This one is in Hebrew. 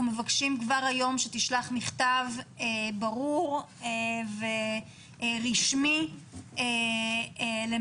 אנחנו מבקשים מכל פנימייה שכבר היום תשלח מכתב ברור ורשמי למשרד